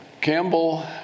Campbell